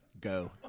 go